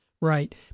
Right